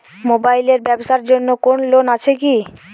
Mobile এর ব্যাবসার জন্য কোন লোন আছে কি?